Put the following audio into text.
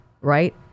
right